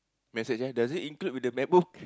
message eh does it include with the MacBook